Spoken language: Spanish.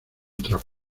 trapo